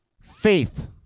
faith